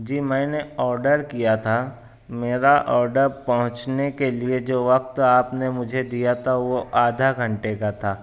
جی میں نے آرڈر کیا تھا میرا آرڈر پہنچنے کے لئے جو وقت آپ نے مجھے دیا تھا وہ آدھا گھنٹے کا تھا